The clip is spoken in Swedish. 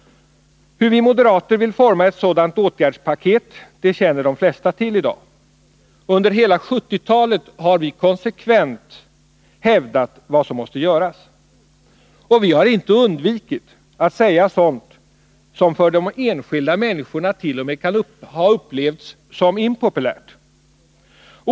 Hur vi moderater vill forma ett sådant åtgärdspaket känner de flesta till i dag. Under hela 1970-talet har vi konsekvent hävdat vad som måste göras, och vi har inte undvikit att säga sådant som för de enskilda människorna t.o.m. kan ha upplevts som impopulärt.